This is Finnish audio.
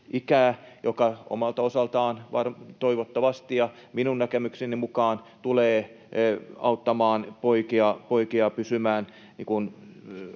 mikä omalta osaltaan toivottavasti ja minun näkemykseni mukaan tulee auttamaan poikia pysymään